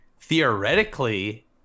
theoretically